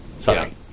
Sorry